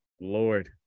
Lord